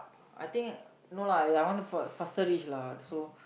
I think no lah I I wanna fast~ faster reach lah so